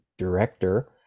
director